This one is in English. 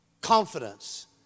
Confidence